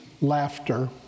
laughter